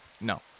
No